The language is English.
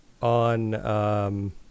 on